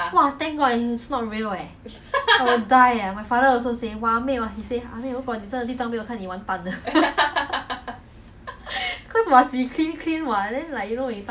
post what